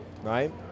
right